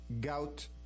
gout